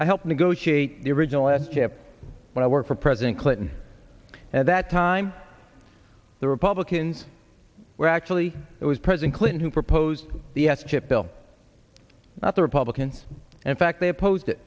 i helped negotiate the original as you have when i worked for president clinton at that time the republicans were actually it was president clinton who proposed the s chip bill that the republicans in fact they opposed it